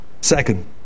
Second